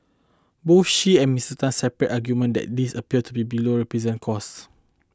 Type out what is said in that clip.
both she and Mister Tan separate arguement that this appear to be below cost